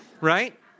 right